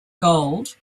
gold